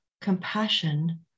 compassion